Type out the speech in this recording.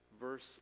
verse